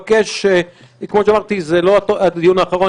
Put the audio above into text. כמו שאמרתי, זה לא הדיון האחרון.